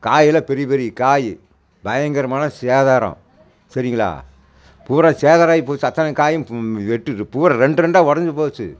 காய் எல்லாம் பெரிய பெரிய காய் பயங்கரமான சேதாரம் சரிங்களா பூரா சேதாரம் ஆகி போய்ச்சி அத்தனை காயும் எட்டு பூரா ரெண்டு ரெண்டா உடஞ்சி போய்ச்சி